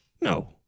No